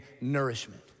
nourishment